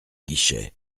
guichet